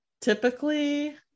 typically